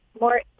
more